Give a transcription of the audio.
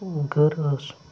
گٔر ٲس